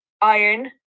iron